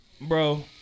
bro